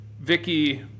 Vicky